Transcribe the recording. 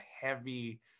heavy